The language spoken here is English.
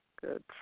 Good